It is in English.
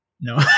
No